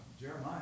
Jeremiah